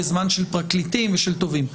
זמן של פרקליטים ושל תובעים,